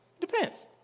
Depends